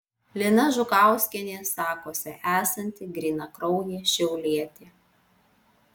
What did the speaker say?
lina žukauskienė sakosi esanti grynakraujė šiaulietė